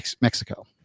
Mexico